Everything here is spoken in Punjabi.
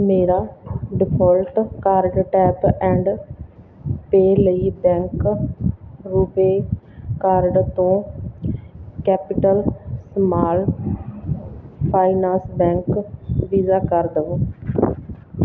ਮੇਰਾ default card tap and pay ਲਈ ਬੈਂਕ ਰੁਪੇ ਕਾਰਡ ਤੋਂ capital small finance bank Visa ਕਰ ਦੇਵੋ